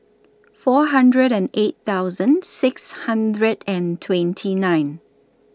four hundred and eight thousand six hundred and twenty nine